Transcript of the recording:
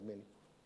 נדמה לי.